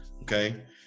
Okay